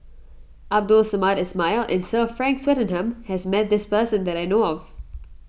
Abdul Samad Ismail and Sir Frank Swettenham has met this person that I know of